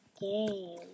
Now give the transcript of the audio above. game